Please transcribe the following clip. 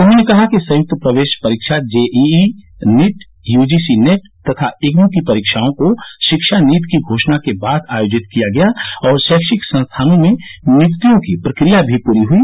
उन्होंने कहा कि संयुक्त प्रवेश परीक्षा जेईई नीट यूजीसी नेट तथा इग्नू की परीक्षाओं को शिक्षा नीति की घोषणा के बाद आयोजित किया गया और शैक्षिक संस्थानों में नियुक्तियां की प्रक्रिया भी पूरी हई